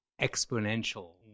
exponential